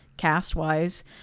cast-wise